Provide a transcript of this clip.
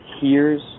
hears